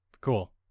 Cool